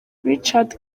richard